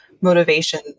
motivation